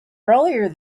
earlier